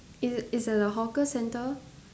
it's it's at the hawker centre